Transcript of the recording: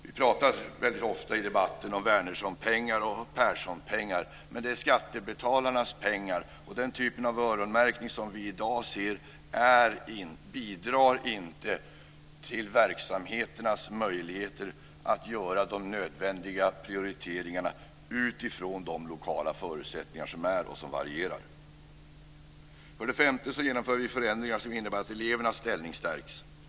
Vi pratar väldigt ofta i debatten om Wärnerssonpengar och Perssonpengar, men det är skattebetalarnas pengar, och den typ av öronmärkning som vi dag ser bidrar inte till att ge verksamheterna möjligheter att göra de nödvändiga prioriteringarna utifrån de lokala förutsättningar som är och som varierar. För det femte genomför vi förändringar som innebär att elevernas ställning stärks.